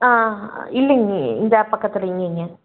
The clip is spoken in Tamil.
ஆ இல்லைங்க இந்தா பக்கத்திலங்கைங்க